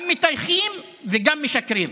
גם מטייחים וגם משקרים.